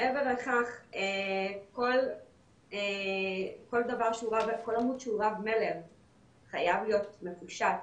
מעבר לכך כל עמוד שהוא רב מלל חייב להיות מקושט,